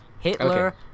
Hitler